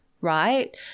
right